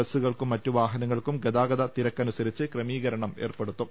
ബസ്സുകൾക്കും മറ്റ് വാഹനങ്ങൾക്കും ഗതാഗത തിരക്കനുസരിച്ച് ക്രമീകരണം ഏർപ്പെ ടുത്തും